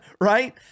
right